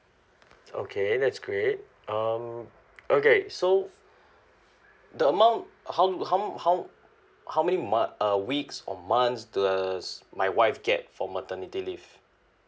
okay that's great um okay so the amount how how how how many month uh weeks or months does my wife get for maternity leave